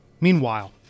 Meanwhile